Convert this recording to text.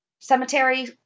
cemetery